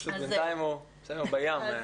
פשוט בינתיים הוא מעל הים,